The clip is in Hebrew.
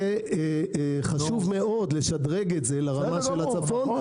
זה חשוב מאוד לשדרג את זה לרמה של הצפון